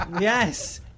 yes